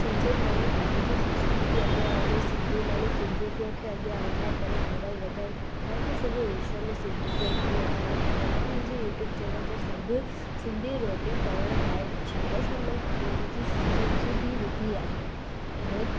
जंहिंजे करे पाण जे संस्क्रुति अॻियां वधे सिंधी माण्हू सिंधीअत खे अॻियां वधाए करे गौरव वधाइनि पाण खे सॼे विश्व में सिंधियुनि जो मान वधाइणो खपे मां मुंहिंजी यूटयूब चैनल ते सभु सिंधी रोटी करण लाइ जेको असां मनु खपे हुन जी सूची बि विधी आहे हाणे